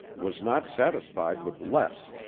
was not satisfied with less